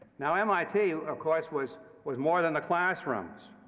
now, mit, of course, was was more than the classrooms.